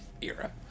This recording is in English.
era